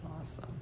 Awesome